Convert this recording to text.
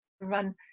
run